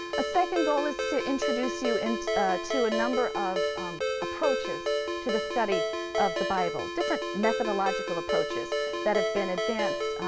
a second goal is to introduce you and to a number of approaches to the study of the bible, different methodological approaches that have been advanced